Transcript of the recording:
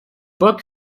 book